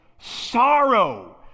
sorrow